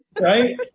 right